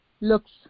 looks